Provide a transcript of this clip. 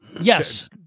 Yes